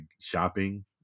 shopping